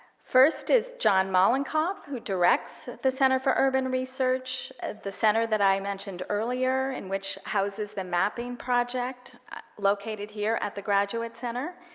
first is john mollenkopf who directs the center for urban research, the center that i mentioned earlier, in which houses the mapping project located here at the graduate center.